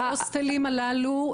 ההוסטלים הללו,